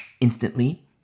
instantly